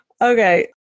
Okay